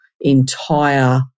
entire